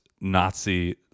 Nazi